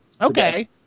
Okay